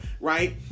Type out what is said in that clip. right